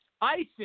ISIS